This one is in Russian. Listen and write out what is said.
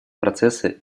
процесса